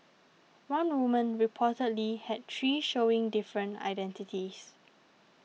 one woman reportedly had three showing different identities